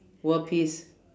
world peace